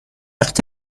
وقت